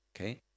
okay